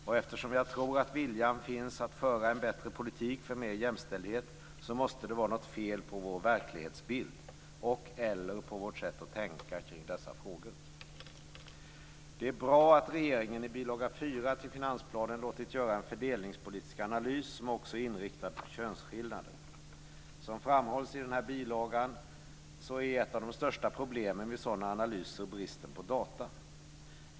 Och eftersom jag tror att viljan finns att föra en bättre politik för mera jämställdhet så måste det vara något fel på vår verklighetsbild och/eller på vårt sätt att tänka kring dessa frågor. Det är bra att regeringen i bil. 4 till finansplanen låtit göra en fördelningspolitisk analys som också är inriktad på könsskillnader. Som framhålls i denna bilaga är ett av de största problemen vid sådana analyser bristen på data.